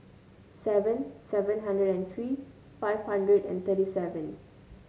seven seven hundred and three five hundred and thirty seven